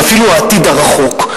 ואפילו העתיד הרחוק.